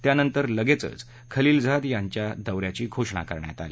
त्यानंतर लगेचच खलिलझाद यांच्या दौ याची घोषणा करण्यात आली